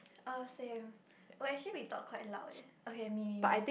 oh same but actually we talk quite loud eh okay me me me